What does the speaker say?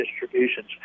distributions